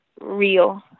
real